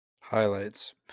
Highlights